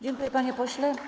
Dziękuję, panie pośle.